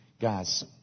Guys